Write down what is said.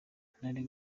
ntari